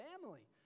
family